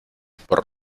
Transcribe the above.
por